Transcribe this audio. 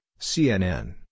CNN